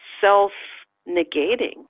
self-negating